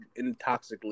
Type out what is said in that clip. intoxically